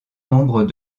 nombre